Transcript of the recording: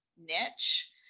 niche